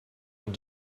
and